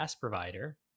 provider